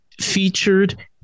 featured